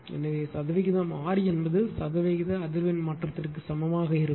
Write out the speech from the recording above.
எனவே சதவிகிதம் ஆர் என்பது சதவிகித அதிர்வெண் மாற்றத்திற்கு சமமாக இருக்கும்